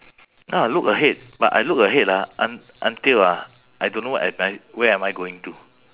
ya look ahead but I look ahead ah un~ until ah I don't know where am I where am I going to